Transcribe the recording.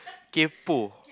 kaypo